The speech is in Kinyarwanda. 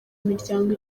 miryango